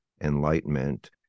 enlightenment